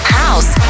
house